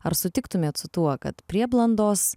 ar sutiktumėt su tuo kad prieblandos